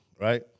right